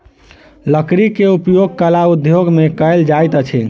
लकड़ी के उपयोग कला उद्योग में कयल जाइत अछि